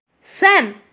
Sam